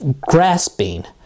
grasping